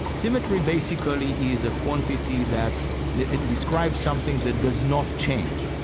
symmetry basically is a quantity that describes something that does not change.